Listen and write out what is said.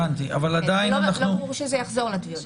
לא ברור שזה יחזור לתביעות.